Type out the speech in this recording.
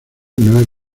nueve